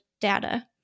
data